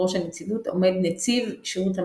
בראש הנציבות עומד נציב שירות המדינה.